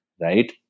right